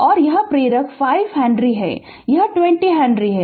और यह प्रेरक 5 हेनरी है यह 20 हेनरी है